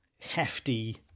hefty